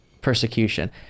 persecution